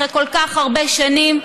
אחרי כל כך הרבה שנים,